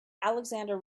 alexander